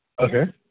Okay